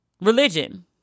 religion